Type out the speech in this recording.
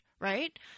right